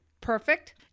Perfect